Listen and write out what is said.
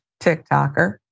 TikToker